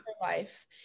life